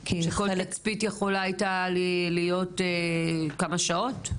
שכל תצפית יכולה הייתה להיות כמה שעות?